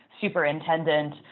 superintendent